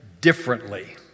differently